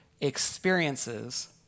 experiences